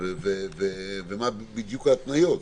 ומה בדיוק ההתניות.